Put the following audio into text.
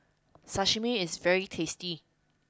Sashimi is very tasty